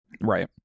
Right